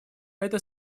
это